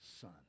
son